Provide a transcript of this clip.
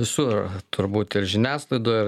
visur turbūt ir žiniasklaidoj